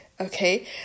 Okay